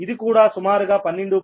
ఇది కూడా సుమారుగా 12